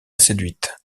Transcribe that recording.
séduite